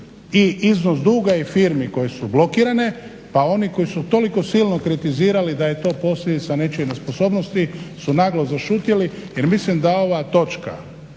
i iznos duga i firmi koje su blokirane pa oni koji su toliko silno kritizirali da je to posljedica nečije nesposobnosti su naglo zašutjeli. Jer mislim da ova točka